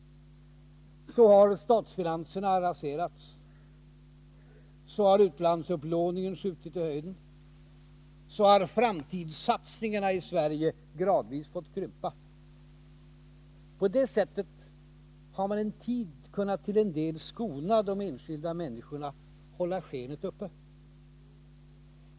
Så har statsfinanserna raserats, så har utlandsupplåningen skjutit i höjden, så har framtidssatsningarna i Sverige gradvis fått krympa. På det sättet har man en tid kunnat till en del skona de enskilda människorna, hålla skenet uppe.